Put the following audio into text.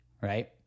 right